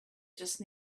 just